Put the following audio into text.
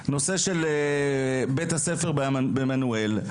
הסיפור של בית הספר בעמנואל,